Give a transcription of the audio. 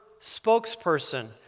spokesperson